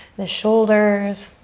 the shoulders.